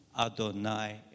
Adonai